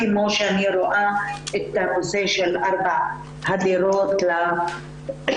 כמו שאני רואה את הנושא של ארבע הדירות לגברים